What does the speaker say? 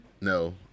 no